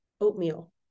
oatmeal